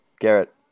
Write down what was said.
Garrett